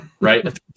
Right